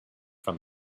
from